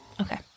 Okay